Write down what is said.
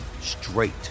straight